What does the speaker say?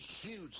huge